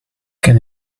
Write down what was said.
can